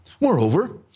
Moreover